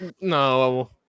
no